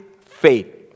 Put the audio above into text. faith